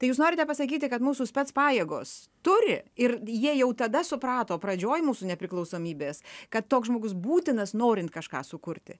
tai jūs norite pasakyti kad mūsų spec pajėgos turi ir jie jau tada suprato pradžioj mūsų nepriklausomybės kad toks žmogus būtinas norint kažką sukurti